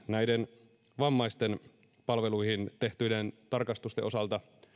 näiden vammaisten palveluihin tehtyjen tarkastusten osalta